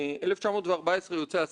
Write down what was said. כותרות מדויקות מאוד,